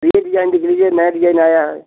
ये डिजाइन देख लीजिए ये नया डिजाइन आया है